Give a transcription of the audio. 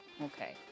Okay